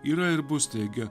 yra ir bus teigia